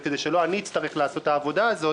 וכדי שלא אני אצטרך לעשות את העבודה הזאת,